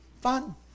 fun